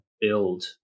build